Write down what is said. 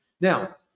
now